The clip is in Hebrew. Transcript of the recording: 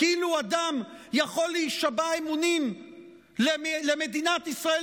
כאילו אדם יכול להישבע אמונים למדינת ישראל